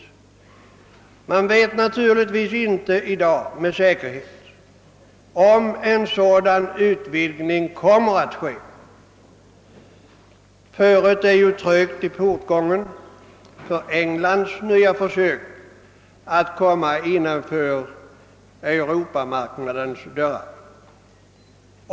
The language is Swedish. Man vet i dag naturligtvis inte med säkerhet om en sådan utvidgning kommer att ske. Föret är ju trögt i portgången för Englands nya försök att komma innanför Europamarknadens dörrar.